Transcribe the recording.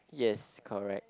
yes correct